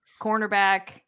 cornerback